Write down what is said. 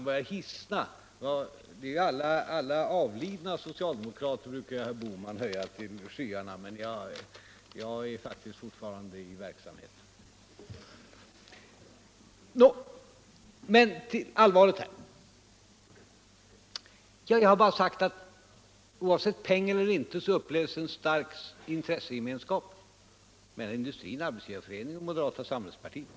Herr Bohman brukar ju höja alla avlidna socialdemokrater tll skyarna — men jag är faktiskt fortfarande i verksamhet. Men till allvaret. Jag har bara sagt att oavsett pengar eller inte pengar, så finns det självfallet en stark intressegemenskap mellan industrin och Arbetsgivareföreningen och moderata samlingspartiet.